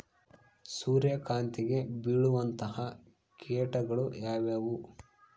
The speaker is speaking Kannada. ಸೂರ್ಯಕಾಂತಿಗೆ ಬೇಳುವಂತಹ ಕೇಟಗಳು ಯಾವ್ಯಾವು?